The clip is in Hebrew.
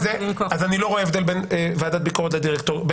אז אני לא רואה הבדל בין ועדת ביקורת לדירקטוריון.